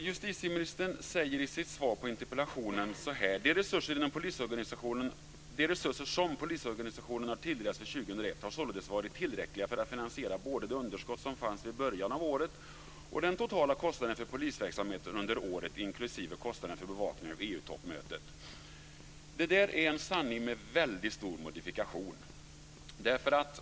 Justitieministern säger i sitt svar på interpellationen: "De resurser som polisorganisationerna har tilldelats för 2001 har således varit tillräckliga för att finansiera både det underskott som fanns vid början av året och den totala kostnaden för polisverksamheten under året inklusive kostnaden för bevakning av Detta är en sanning med väldigt stor modifikation.